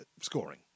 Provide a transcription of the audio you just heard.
Scoring